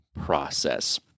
process